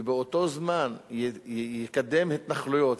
ובאותו זמן יקדם התנחלויות,